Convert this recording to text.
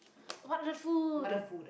wonderful